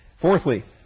Fourthly